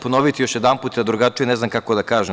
Ponoviću još jedanput, drugačije ne znam kako da kažem.